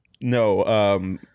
No